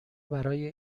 برای